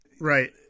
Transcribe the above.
Right